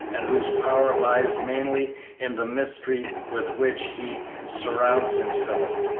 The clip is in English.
and whose power lies mainly in the mystery with which he surrounds himself.